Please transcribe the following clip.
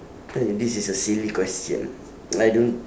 okay this is a silly question I don't